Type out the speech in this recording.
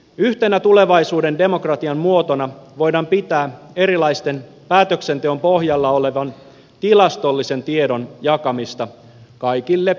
yhtenä tulevaisuuden demokratian muotona voidaan pitää erilaisen päätöksenteon pohjalla olevan tilastollisen tiedon jakamista kaikille siitä kiinnostuneille